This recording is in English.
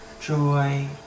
joy